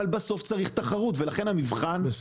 אבל בסוף צריך תחרות ולכן המבחן הוא